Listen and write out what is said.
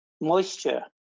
Moisture